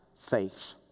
faith